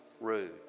rude